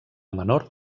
menor